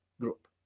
group